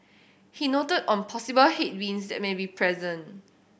he noted on possible headwinds that may be present